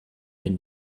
can